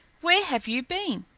where have you been?